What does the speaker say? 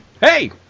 Hey